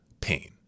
pain